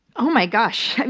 oh my gosh. and